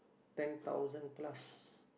ten thousand plus